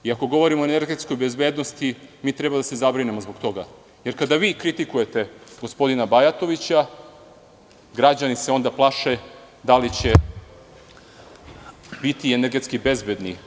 Ako govorimo o energetskoj bezbednosti, mi treba da se zabrinemo zbog toga, jer kada vi kritikujete gospodina Bajatovića, građani se onda plaše da li će biti energetski bezbedni ove zime.